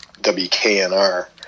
WKNR